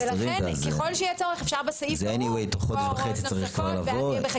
זה בכל מקרה תוך חודש וחצי צריך לעבור.